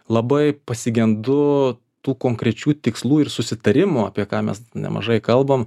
labai pasigendu tų konkrečių tikslų ir susitarimo apie ką mes nemažai kalbam